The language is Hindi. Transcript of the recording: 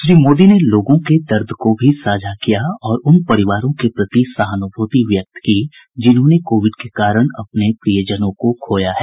श्री मोदी ने लोगों के दर्द को भी साझा किया और उन परिवारों के प्रति सहानुभूति व्यक्त की जिन्होंने कोविड के कारण अपने प्रियजनों को खोया है